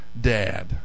dad